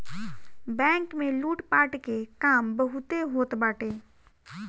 bank में लूटपाट के काम बहुते होत बाटे